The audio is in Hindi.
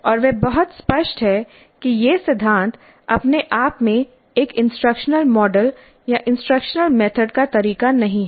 और वह बहुत स्पष्ट है कि ये सिद्धांत अपने आप में एक इंस्ट्रक्शनल मॉडल या इंस्ट्रक्शनल मेथड का तरीका नहीं हैं